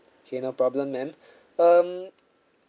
okay no problem ma'am um